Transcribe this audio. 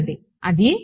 విద్యార్థి అది